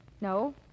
No